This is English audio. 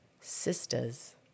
Sisters